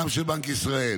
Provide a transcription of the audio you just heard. גם של בנק ישראל,